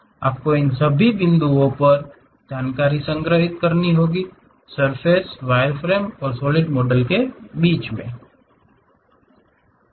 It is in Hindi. आपको इन सभी बिंदुओं पर जानकारी संग्रहीत करनी होगी सर्फ़ेस वायरफ्रेम और सॉलिड मॉडल के बीच में है